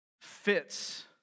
fits